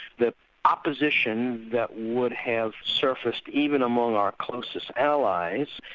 that opposition that would have surfaced even among our closest allies,